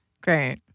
Great